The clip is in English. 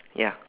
ya